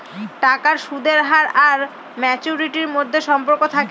টাকার সুদের হার আর ম্যাচুরিটির মধ্যে সম্পর্ক থাকে